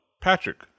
Patrick